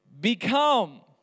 become